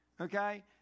Okay